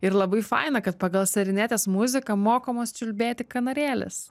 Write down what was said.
ir labai faina kad pagal serinetės muziką mokomos čiulbėti kanarėlės